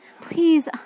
Please